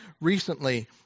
recently